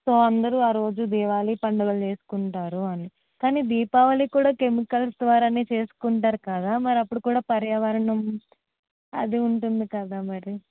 so అందరూ ఆ రోజు దివాళీ పండగ చేసుకుంటారు అని కానీ దీపావళి కూడా కెమికల్స్ ద్వారానే చేసుకుంటారు కదా మరి అప్పుడు కూడా పర్యావరణం అది ఉంటుంది కదా మరి